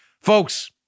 folks